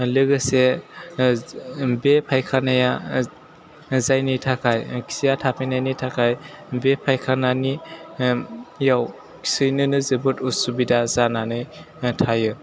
लोगोसे बे फायखानाया जायनि थाखाय खिया थाफैनायनि थाखाय बे फायखानानि इयाव खिहैनोनो जोबोर उसुबिदा जानानै थायाे